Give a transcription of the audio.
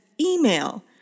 email